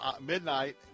midnight